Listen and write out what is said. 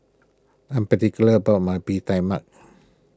I am particular about my Bee Tai Mak